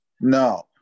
No